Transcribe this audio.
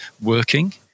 working